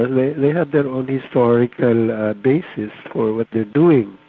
they they have their own historical basis for what they're doing.